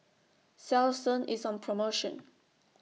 Selsun IS on promotion